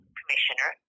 commissioner